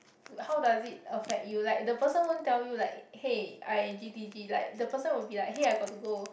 how does it affect you like the person won't tell you like hey I G_T_G like the person will be like hey I got to go